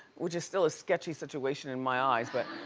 which is still a sketchy situation in my eyes, but,